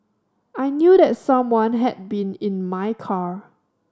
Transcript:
I knew that someone had been in my car